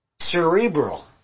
cerebral